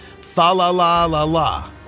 fa-la-la-la-la